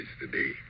today